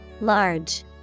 Large